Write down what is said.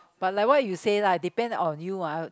but like what you say lah depend on you ah